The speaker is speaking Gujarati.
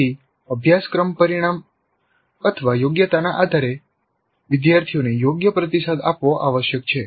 ફરીથી અભ્યાસક્રમ પરિણામયોગ્યતાના આધારે વિદ્યાર્થીઓને યોગ્ય પ્રતિસાદ આપવો આવશ્યક છે